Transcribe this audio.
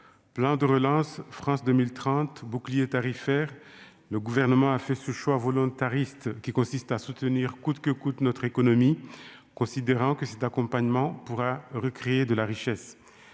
plein de relance, France 2000 Trent bouclier tarifaire, le gouvernement a fait ce choix volontariste qui consiste à soutenir coûte que coûte, notre économie, considérant que cet accompagnement pour recréer de la richesse,